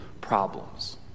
problems